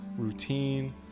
routine